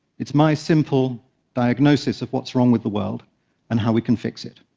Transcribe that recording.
it's my simple diagnosis of what's wrong with the world and how we can fix it.